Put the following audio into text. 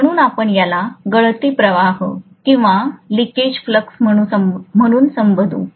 म्हणून आपण याला गळती प्रवाह म्हणून संबोधू